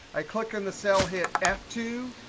i click on the cell, hit f two,